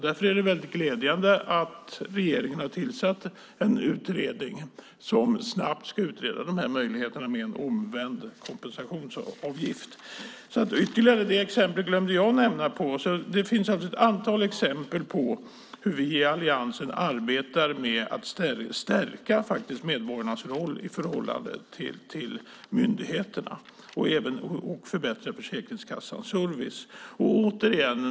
Därför är det väldigt glädjande att regeringen har tillsatt en utredning som snabbt ska utreda möjligheterna till en omvänd kompensationsavgift. Det exemplet glömde jag nämna. Det finns alltså ett antal exempel på hur vi i alliansen arbetar med att stärka medborgarnas roll i förhållande till myndigheterna och förbättra Försäkringskassans service.